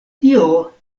tio